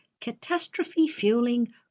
catastrophe-fueling